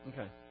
Okay